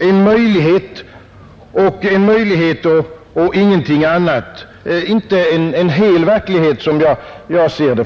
en möjlighet och ingenting annat, inte en verklighet.